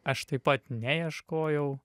aš taip pat neieškojau